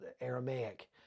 Aramaic